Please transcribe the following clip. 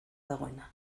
dagoena